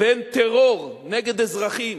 בין טרור נגד אזרחים